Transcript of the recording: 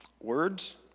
words